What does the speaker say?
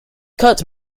kurt